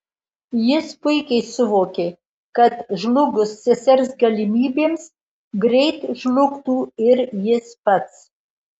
jis puikiai suvokė kad žlugus sesers galimybėms greit žlugtų ir jis pats